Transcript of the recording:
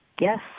Yes